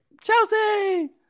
chelsea